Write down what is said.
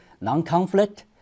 non-conflict